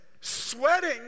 sweating